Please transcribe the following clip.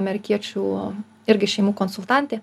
amerikiečių irgi šeimų konsultantė